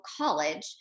college